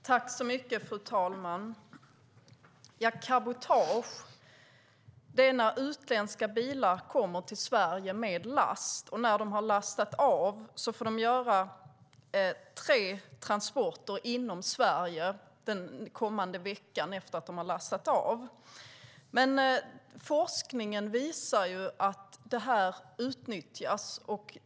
Fru talman! Cabotage innebär att utländska bilar kommer till Sverige med last och får göra tre transporter inom landet den kommande veckan efter att de lastat av. Men forskningen visar att detta utnyttjas.